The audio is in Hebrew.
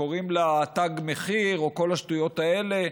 שקוראים לה תג מחיר, או כל השטויות האלה,